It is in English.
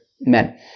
men